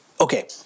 okay